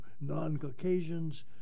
non-Caucasians